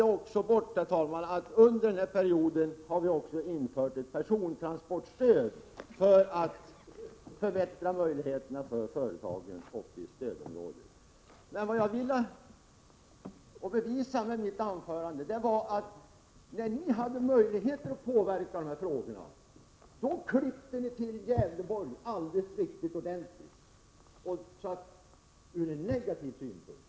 Jag glömde bort att säga att vi under denna period har infört ett persontransportstöd för att förbättra möjligheterna för företagen i stödområdet. Det jag ville bevisa med mitt anförande var att ni, när ni hade möjligheter att påverka dessa frågor, klippte till Gävleborg riktigt ordentligt från negativ synpunkt.